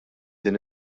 din